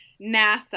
NASA